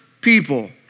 people